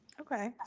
Okay